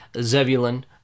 Zebulun